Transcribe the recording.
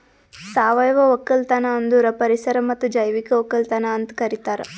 ಸಾವಯವ ಒಕ್ಕಲತನ ಅಂದುರ್ ಪರಿಸರ ಮತ್ತ್ ಜೈವಿಕ ಒಕ್ಕಲತನ ಅಂತ್ ಕರಿತಾರ್